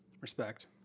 Respect